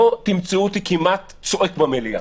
לא תמצאו אותי כמעט צועק במליאה.